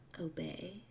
obey